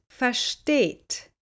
versteht